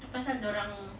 tu pasal dorang